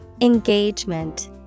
Engagement